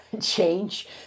change